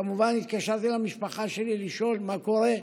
כמובן שהתקשרתי למשפחה שלי לשאול מה קורה.